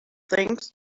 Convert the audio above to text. things